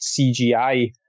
CGI